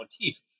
motif